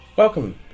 Welcome